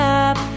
up